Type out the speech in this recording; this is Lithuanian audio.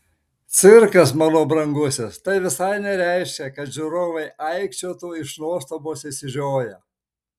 cirkas mano brangusis tai visai nereiškia kad žiūrovai aikčiotų iš nuostabos išsižioję